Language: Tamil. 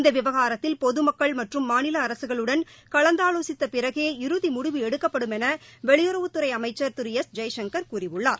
இந்தவிவகாரத்தில் பொதுமக்கள் மற்றும் மாநிலஅரசுகளுடன் கலந்துஆலோசித்தபிறகே இறுதிமுடிவு எடுக்கப்படும் எனவெளியுறவுத்துறைஅமைச்சர் திரு எஸ் ஜெய்சங்கர் கூறியுள்ளார்